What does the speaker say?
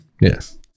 yes